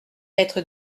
être